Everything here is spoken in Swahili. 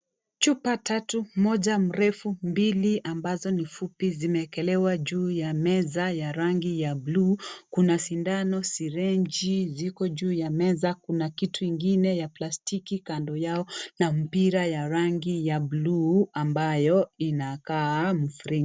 Chupa tatu moja mrefu mbili ambazo ni fupi zimeekelewa juu ya meza ya rangi ya bluu kuna sindano sirinji ziko juu meza Kuna kitu ingine ya plastiki kando yao na mpira ya rangi ya bluu ambayo inakaa ya mviringo.